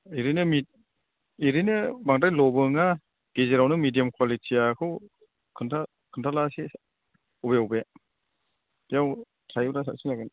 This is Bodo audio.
ओरैनो बांद्राय ल'बो नङा गेजेरावनो मिदियाम कुवालिटिखौ खिनथा खिनथाब्ला इसे बबे बबे बादियाव थायोब्ला साबसिन जागोन